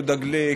יהודה גליק,